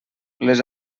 les